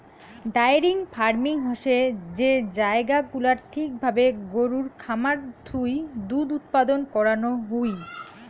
diary farming হসে যে জায়গা গুলাত ঠিক ভাবে গরুর খামার থুই দুধ উৎপাদন করানো হুই